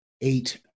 eight